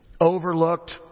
overlooked